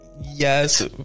Yes